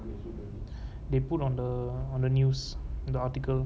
they put on the on the news the article